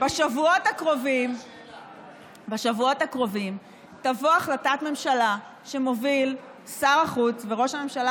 בשבועות הקרובים תבוא החלטת ממשלה שמוביל שר החוץ וראש הממשלה